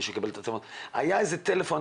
היה איזה טלפון,